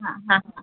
ആ ഹാ ആ